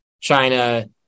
China